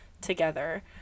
together